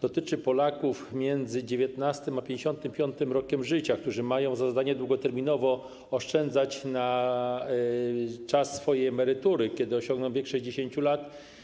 dotyczy Polaków między 19. a 55. rokiem życia, którzy mają za zadanie długoterminowo oszczędzać na czas swojej emerytury, kiedy osiągną wiek 60 lat.